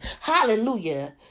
hallelujah